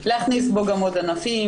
להכניס בו גם עוד ענפים,